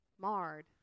marred